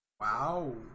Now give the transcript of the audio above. wow